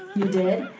you did?